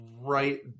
right